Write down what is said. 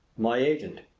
my agent.